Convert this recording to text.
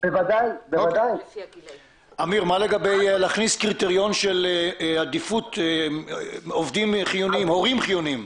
מה לגבי להכניס קריטריון של עדיפות הורים חיוניים?